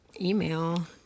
email